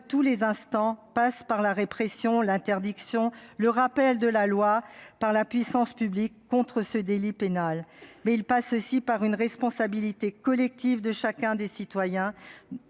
tous les instants passe par la répression, l'interdiction, le rappel de la loi par la puissance publique contre ce délit pénal ; mais il passe aussi par une responsabilité collective de chacun des citoyens